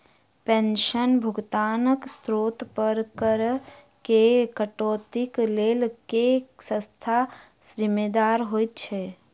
पेंशनक भुगतानक स्त्रोत पर करऽ केँ कटौतीक लेल केँ संस्था जिम्मेदार होइत छैक?